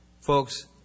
Folks